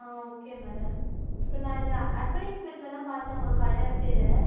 ஆ okay madam அப்புறம் நான் இதை அட்வடைஸ்மண்ட்டில் தான் பார்த்தேன் உங்கள் கடை பேரை